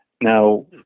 Now